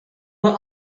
were